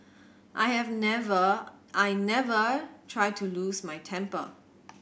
I have never I never try to lose my temper